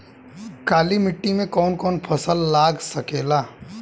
काली मिट्टी मे कौन कौन फसल लाग सकेला?